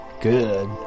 good